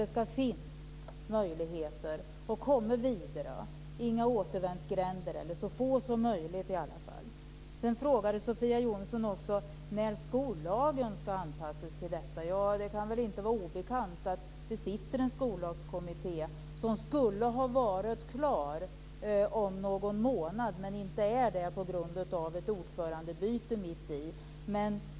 Det ska finnas möjligheter att komma vidare, inga återvändsgränder eller i alla fall så få som möjligt. Sedan frågade Sofia Jonsson också när skollagen ska anpassas till detta. Det kan väl inte vara obekant att det sitter en skollagskommitté som skulle ha varit klar om någon månad men inte är det på grund av ett ordförandebyte mitt i.